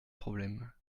problème